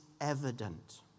evident